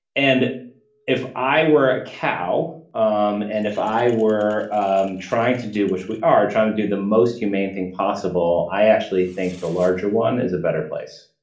and if i were a cow, um and if i were um trying to do, which we are trying to do the most humane thing possible, i actually think the larger one is a better place.